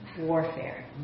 warfare